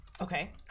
Okay